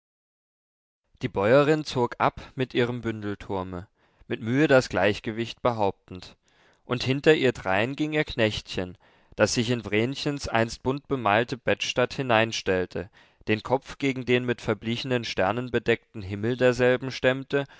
die bäuerin zog ab mit ihrem bündelturme mit mühe das gleichgewicht behauptend und hinter ihr drein ging ihr knechtchen das sich in vrenchens einst buntbemalte bettstatt hineinstellte den kopf gegen den mit verblichenen sternen bedeckten himmel derselben stemmte